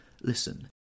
listen